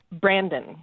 Brandon